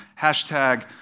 Hashtag